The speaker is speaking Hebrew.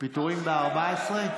פיטורים ב-14?